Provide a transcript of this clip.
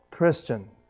Christian